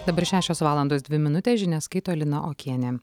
dabar šešios valandos dvi minutės žinias skaito lina okienė